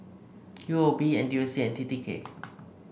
U O B N T U C and T T K